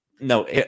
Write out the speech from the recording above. no